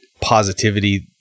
positivity